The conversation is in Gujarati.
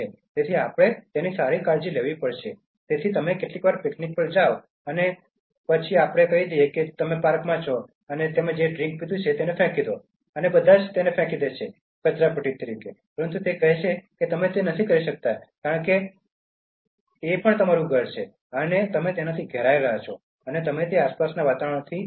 તેથી આપણે સારી કાળજી લેવી પડશે તેથી તમે કેટલીકવાર પિકનિક પર જાઓ અને પછી અમને કહી દો કે તમે પાર્કમાં છો અને પછી તમે જે ડ્રિંક પીધું છે તે ફેંકી દો અને બધા કચરાપેટી માં ફેંકી દો પરંતુ તે કહે છે કે તમે તે કરી શકતા નથી કારણ કે આ તમારું ઘર છે અને તમે તેનાથી ઘેરાયેલા છો અને તમે તે આસપાસના વાતાવરણની વચ્ચે જીવો છો